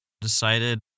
decided